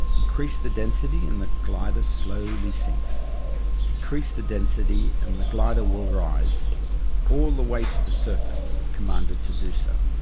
increase the density and the glider slowly sinks decrease the density and the glider will rise all the way to the surface if commanded to do so.